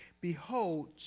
behold